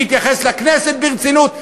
להתייחס לכנסת ברצינות.